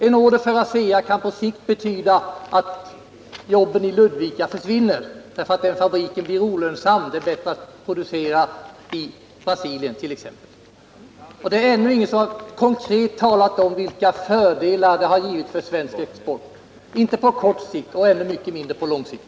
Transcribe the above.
En order för ASEA kan på sikt betyda att jobben i Ludvika försvinner, därför att fabriken blir olönsam och det är bättre att producera i 1. ex. Brasilien. Det är ännu ingen som konkret har talat om vilka fördelar medlemskapet har givit svensk export, varken på kort eller lång sikt.